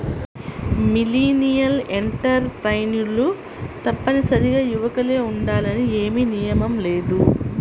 millennial ఎంటర్ప్రెన్యూర్లు తప్పనిసరిగా యువకులే ఉండాలని ఏమీ నియమం లేదు